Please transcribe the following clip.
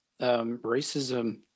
racism